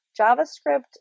javascript